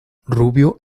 rubio